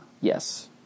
Yes